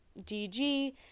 DG